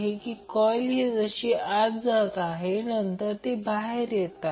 आणि हे समजा j x gR g j x g आहे